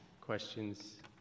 questions